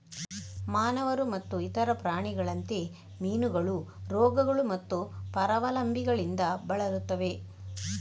ಮಾನವರು ಮತ್ತು ಇತರ ಪ್ರಾಣಿಗಳಂತೆ, ಮೀನುಗಳು ರೋಗಗಳು ಮತ್ತು ಪರಾವಲಂಬಿಗಳಿಂದ ಬಳಲುತ್ತವೆ